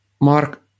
Mark